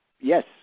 Yes